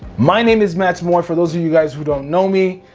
my name is mats moy for those of you guys who don't know me,